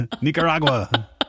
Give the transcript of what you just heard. nicaragua